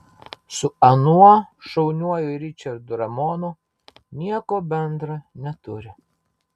su anuo šauniuoju ričardu ramonu nieko bendra neturi